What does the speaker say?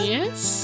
Yes